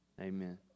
Amen